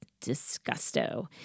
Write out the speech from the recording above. disgusto